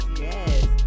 Yes